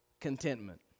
contentment